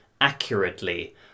accurately